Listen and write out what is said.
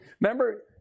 Remember